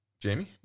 Jamie